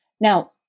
Now